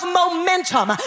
momentum